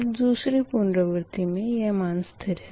अब दूसरी पुनरावर्ती मे यह मान स्थिर है